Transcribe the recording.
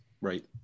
right